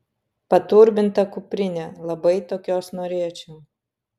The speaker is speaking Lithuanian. paturbinta kuprinė labai tokios norėčiau